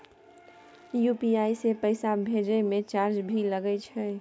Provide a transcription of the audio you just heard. UPI से पैसा भेजै म चार्ज भी लागे छै?